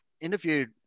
interviewed